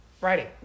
Writing